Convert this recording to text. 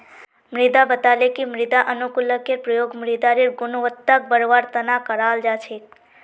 मोहित बताले कि मृदा अनुकूलककेर प्रयोग मृदारेर गुणवत्ताक बढ़वार तना कराल जा छेक